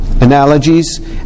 analogies